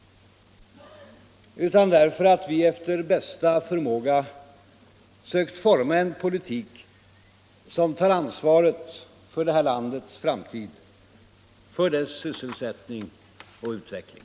Utan därför att vi efter bästa förmåga sökt forma en politik som tar ansvar för det här landets framtid, för dess sysselsättning och utveckling.